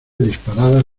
disparadas